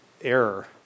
error